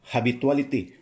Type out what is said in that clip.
Habituality